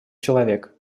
человек